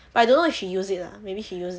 but I don't know if she use it lah maybe she use it